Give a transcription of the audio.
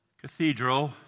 cathedral